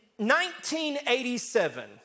1987